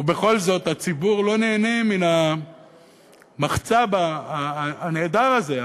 ובכל זאת הציבור לא נהנה מן המחצב הנהדר הזה,